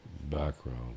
background